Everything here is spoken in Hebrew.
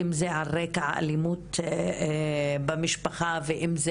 אם זה על רקע אלימות במשפחה ואם זה